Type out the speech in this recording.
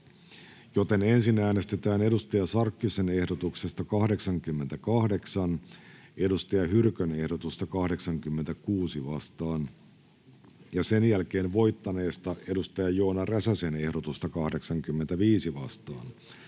joten ensin äänestetään Hanna Sarkkisen ehdotuksesta 88 Saara Hyrkön ehdotusta 86 vastaan, sen jälkeen voittaneesta Joona Räsäsen ehdotusta 85 vastaan,